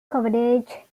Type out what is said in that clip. coverage